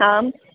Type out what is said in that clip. आम्